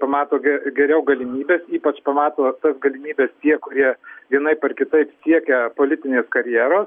pamato ge geriau galimybes ypač pamato tas galimybes tie kurie vienaip ar kitaip siekia politinės karjeros